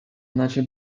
неначе